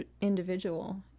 individual